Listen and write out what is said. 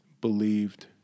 believed